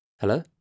Hello